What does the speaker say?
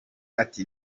ati